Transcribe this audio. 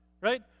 right